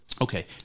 Okay